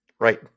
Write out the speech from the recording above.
Right